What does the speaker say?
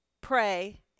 pray